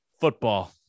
football